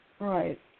Right